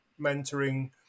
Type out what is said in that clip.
mentoring